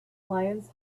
lions